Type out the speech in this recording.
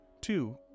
two